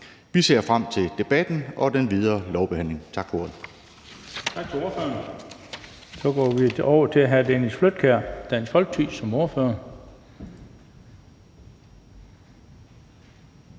Vi ser frem til debatten og den videre lovbehandling. Tak for ordet.